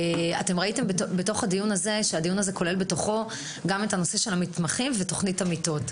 ראיתם שהדיון כאן כולל בתוכו גם את הנושא של המתמחים ותכנית המיטות.